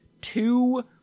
two